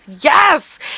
Yes